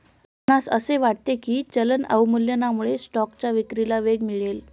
आपणास असे वाटते की चलन अवमूल्यनामुळे स्टॉकच्या विक्रीला वेग मिळेल?